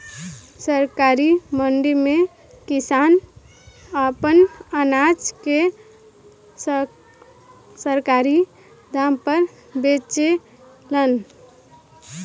सरकारी मंडी में किसान आपन अनाज के सरकारी दाम पर बेचेलन